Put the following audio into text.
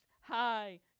High